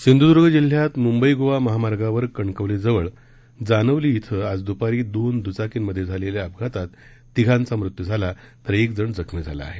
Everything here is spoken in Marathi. सिंधूदर्ग जिल्ह्यात मूंबई गोवा महामार्गावर कणकवली जवळ जानवली इथं आज दृपारी दोन दृचाकी मध्ये झालेल्या अपघातात तिघांचा मृत्यू झाला तर एक जण जखमी झाला आहे